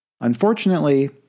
Unfortunately